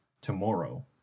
tomorrow